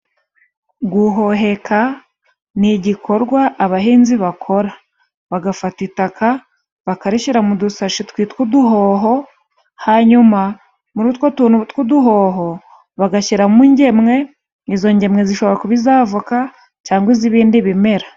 Guhoheka ni igikorwa abahinzi bakora. Bagafata itaka bakarishyira mu dusashi twitwa uduhoho. Hanyuma muri utwo tuntu tw'uduhoho bagashyiramo ingemwe. Izo ngemwe zishobora kuba iz'avoka cyangwa iz'ibindi bimera.